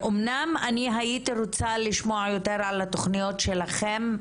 אומנם הייתי רוצה לשמוע יותר על התוכניות שלכם,